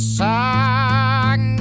song